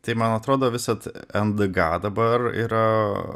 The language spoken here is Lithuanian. tai man atrodo visad nga dabar yra